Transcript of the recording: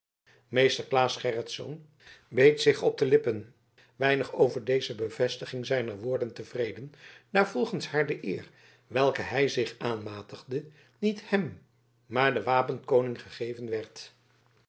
meester claes gerritsz beet zich op de lippen weinig over deze bevestiging zijner woorden tevreden daar volgens haar de eer welke hij zich aanmatigde niet hem maar den wapenkoning gegeven werd